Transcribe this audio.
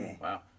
Wow